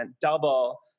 double